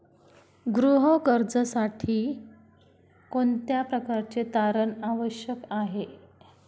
गृह कर्जासाठी कोणत्या प्रकारचे तारण आवश्यक आहे?